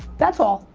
that's all.